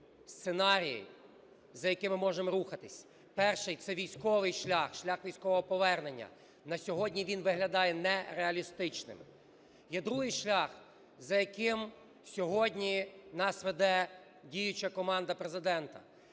сценарії, за якими ми можемо рухатись. Перший – це військовий шлях, шлях військового повернення. На сьогодні він виглядає нереалістичним. Є другий шлях, за яким сьогодні нас веде діюча команда Президента.